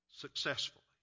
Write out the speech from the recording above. successfully